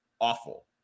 awful